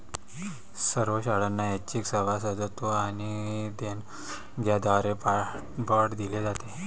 सर्व शाळांना ऐच्छिक सभासदत्व आणि देणग्यांद्वारे पाठबळ दिले जाते